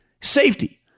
Safety